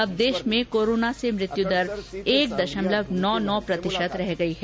अब देश में कोरोना से मृत्यु दर एक दशमलव नौ नौ प्रतिशत रह गई है